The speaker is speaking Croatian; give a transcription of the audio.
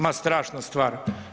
Ma strašna stvar.